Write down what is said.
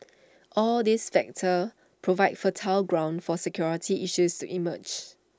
all these factors provide fertile ground for security issues to emerge